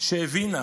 שהבינה